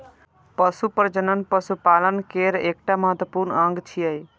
पशु प्रजनन पशुपालन केर एकटा महत्वपूर्ण अंग छियै